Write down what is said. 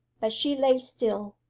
but she lay still,